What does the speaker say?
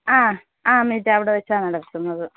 ആ ആ മീറ്റവിടെ വെച്ച് നടക്കുന്നത്